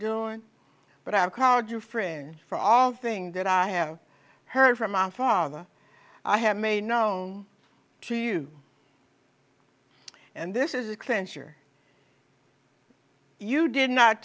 doing but i have carved you friend for all thing that i have heard from my father i have made known to you and this is the clincher you did not